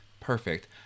perfect